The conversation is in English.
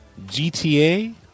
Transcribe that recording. GTA